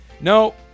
No